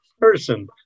person